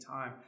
time